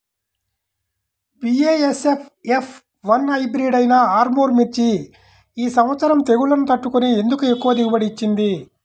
BASF F one hybrid అయినా ఆర్ముర్ మిర్చి ఈ సంవత్సరం తెగుళ్లును తట్టుకొని ఎందుకు ఎక్కువ దిగుబడి ఇచ్చింది?